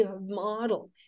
model